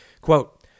Quote